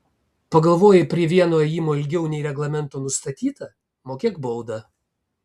pagalvojai prie vieno ėjimo ilgiau nei reglamento nustatyta mokėk baudą